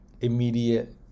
immediate